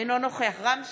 אינו נוכח רם שפע,